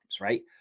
Right